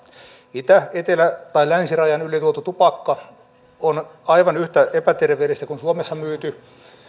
itä etelä tai länsirajan yli tuotu tupakka on aivan yhtä epäterveellistä kuin suomessa myyty